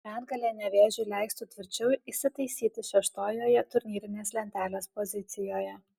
pergalė nevėžiui leistų tvirčiau įsitaisyti šeštojoje turnyrinės lentelės pozicijoje